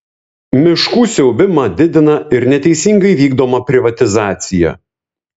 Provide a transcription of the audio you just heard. miškų siaubimą didina ir neteisingai vykdoma privatizacija